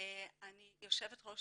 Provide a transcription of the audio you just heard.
אני יושבת ראש